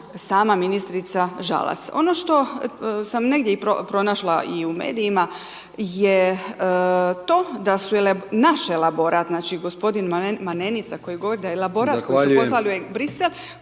sama ministrica Žalac. Ono što sam negdje i pronašla i u medijima je to da su naš elaborat, znači, g. Manenica koji govori da je elaborat…/Upadica: